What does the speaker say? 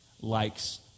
likes